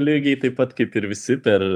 lygiai taip pat kaip ir visi per